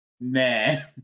Man